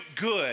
good